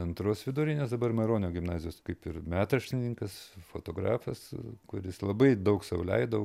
antros vidurinės dabar maironio gimnazijos kaip ir metraštininkas fotografas kuris labai daug sau leidau